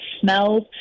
smells